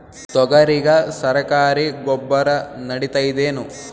ತೊಗರಿಗ ಸರಕಾರಿ ಗೊಬ್ಬರ ನಡಿತೈದೇನು?